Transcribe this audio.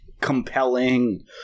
compelling –